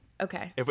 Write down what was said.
Okay